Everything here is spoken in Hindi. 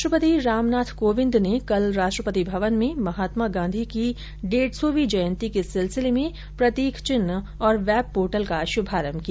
राष्ट्रपति रामनाथ कोविंद ने कल राष्ट्रपति भवन में महात्मा गांधी की डेढ़ सौंवीं जयंती के सिलसिले में प्रतीक चिन्ह और वेब पोर्टल का शुभारंभ किया